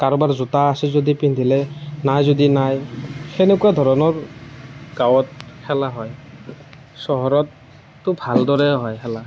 কাৰোবাৰ জোতা আছে যদি পিন্ধিলে নাই যদি নাই সেনেকুৱা ধৰণৰ গাঁৱত খেলা হয় চহৰততো ভালদৰে হয় খেলা